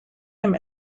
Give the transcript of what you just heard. him